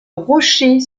rocher